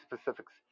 specifics